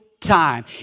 time